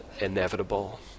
inevitable